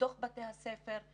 בתוך בתי הספר.